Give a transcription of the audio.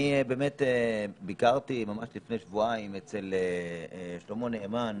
אני באמת ביקרתי ממש לפני שבועיים אצל שלמה נאמן